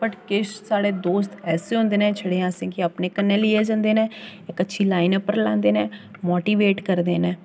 वट् किश साढ़े दोस्त ऐसे होंदे न जेह्ड़े असें गी अपने कन्नै लेइयै जंदे न इक अच्छी लाइन उप्पर लांदे न मोटिवेट करदे न